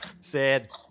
Sad